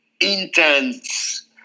intense